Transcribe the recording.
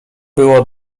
było